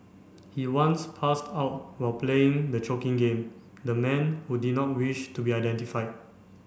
he once passed out while playing the choking game the man who did not wish to be identified